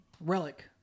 relic